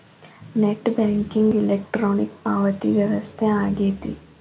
net banking electronic ಪಾವತಿ ವ್ಯವಸ್ಥೆ ಆಗೆತಿ